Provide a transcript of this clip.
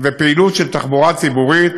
ופעילות של תחבורה ציבורית